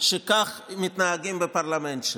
שכך מתנהגים בפרלמנט שלה.